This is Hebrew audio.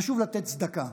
חשוב לתת צדקה,